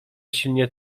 silnie